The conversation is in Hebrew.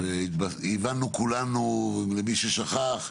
הבנו כולנו, למי ששכח,